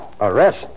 Arrest